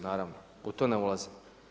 Naravno u to ne ulazim.